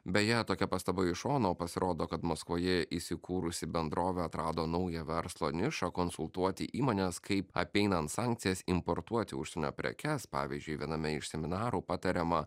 beje tokia pastaba iš šono pasirodo kad maskvoje įsikūrusi bendrovė atrado naują verslo nišą konsultuoti įmones kaip apeinant sankcijas importuoti užsienio prekes pavyzdžiui viename iš seminarų patariama